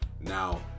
Now